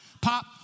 Pop